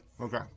Okay